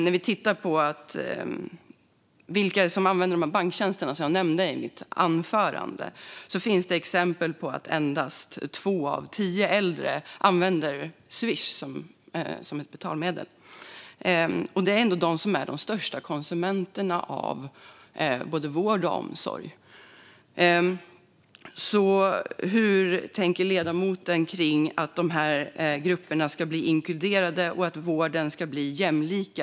När vi tittar på vilka det är som använder de digitala banktjänsterna, som jag nämnde i mitt anförande, ser vi exempel som visar att endast två av tio äldre använder Swish som ett betalmedel. Och det är ändå de som är de största konsumenterna av både vård och omsorg. Hur tänker ledamoten kring att de här grupperna ska bli inkluderade och att vården ska bli mer jämlik?